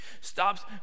stops